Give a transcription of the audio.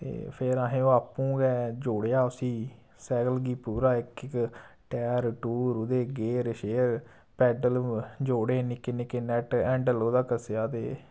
ते फिर असें ओह् आपूं गै जोड़ेआ उस्सी सैकल गी पूरा इक इक टैर टूर ओहदे गेयर शेयर पैड्डल जोड़े निक्के निक्के नैट्ट हैंडल ओह्दा कस्सेआ ते